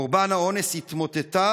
קורבן האונס התמוטטה